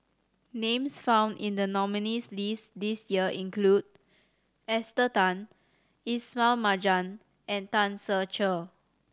names found in the nominees' list this year include Esther Tan Ismail Marjan and Tan Ser Cher